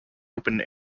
open